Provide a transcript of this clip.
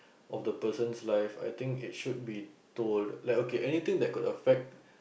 of the person's life I think it should be told like okay anything that could affect